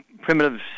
primitive